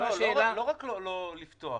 לא רק לא לפתוח.